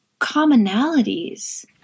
commonalities